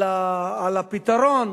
על הפתרון,